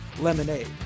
lemonade